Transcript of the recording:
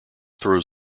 throws